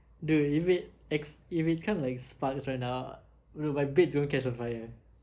dude eh wait ex~ it become like sparks right now err will my bed is going to catch on fire